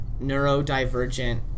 neurodivergent